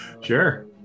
Sure